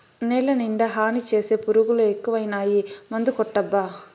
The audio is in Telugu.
నేలనిండా హాని చేసే పురుగులు ఎక్కువైనాయి మందుకొట్టబ్బా